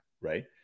Right